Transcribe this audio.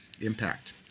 impact